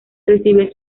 recibe